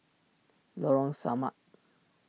Lorong Samak